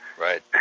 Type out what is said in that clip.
right